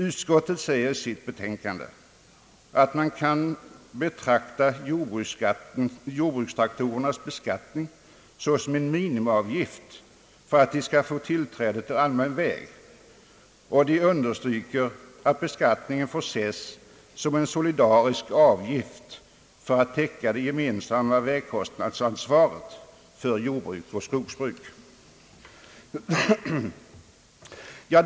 Utskottet säger i sitt betänkande att man kan betrakta jordbrukstraktorernas beskattning såsom en minimiavgift för att de skall få tillträde till allmän väg och understryker att beskattningen får ses som en solidarisk avgift för att täcka det gemensamma vägkostnadsansvaret för jordbruk och skogsbruk.